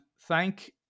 thank